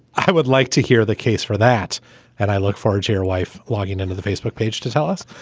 i would like to hear the case for that and i look forward to your wife logging into the facebook page to tell us,